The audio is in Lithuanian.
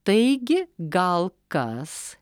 taigi gal kas